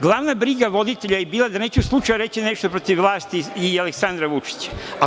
Glavna briga voditelja je bila da neću slučajno reći nešto protiv vlasti i Aleksandra Vučića.